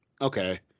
okay